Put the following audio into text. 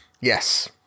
Yes